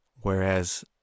whereas